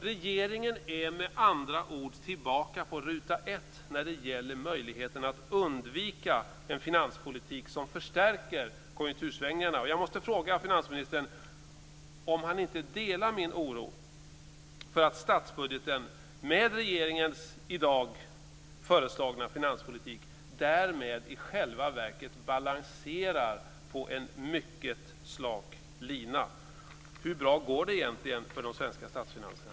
Regeringen är med andra ord tillbaka på ruta 1 när det gäller möjligheterna att undvika en finanspolitik som förstärker konjunktursvängningarna. Jag måste fråga finansministern om han inte delar min oro för att statsbudgeten med regeringens i dag föreslagna finanspolitik i själva verket balanserar på en mycket slak lina. Hur bra går det egentligen för de svenska statsfinanserna?